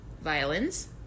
violins